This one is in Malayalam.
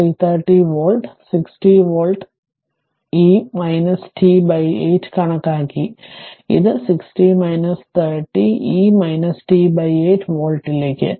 330 വോൾട്ട് 60 വോൾട്ട് ഇ കണക്കാക്കി t 8 അതിനാൽ ഇത് 60 30 ഇ ടി 8 വോൾട്ടിലേക്ക്